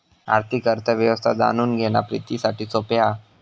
आर्थिक अर्थ व्यवस्था जाणून घेणा प्रितीसाठी सोप्या हा